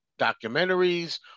documentaries